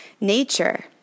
Nature